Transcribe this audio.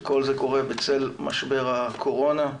שכל זה קורה בצל משבר הקורונה,